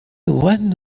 one